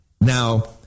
Now